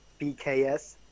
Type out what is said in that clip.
BKS